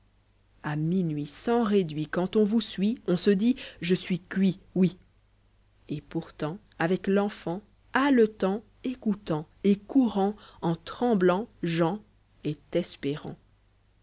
à minuit sans réduit quand on vous suit on se dit je suis cuit oui el pourtant ave c penfani haletant f ecoutant et courant en tremblant jean est espérante